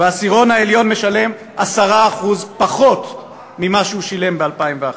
והעשירון העליון משלם 10% פחות ממה שהוא שילם ב-2001.